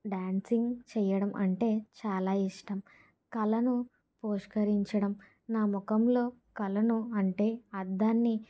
dancing చేయడం అంటే చాలా ఇష్టం కళను పోష్కరించడం నా ముఖంలో కళను అంటే అర్ధాన్ని